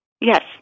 Yes